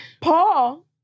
Paul